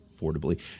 affordably